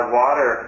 water